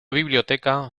biblioteca